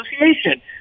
Association